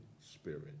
spirit